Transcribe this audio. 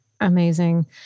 Amazing